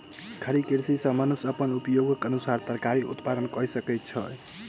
खड़ी कृषि सॅ मनुष्य अपन उपयोगक अनुसार तरकारी उत्पादन कय सकै छै